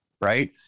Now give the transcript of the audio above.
right